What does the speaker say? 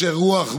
עכשיו,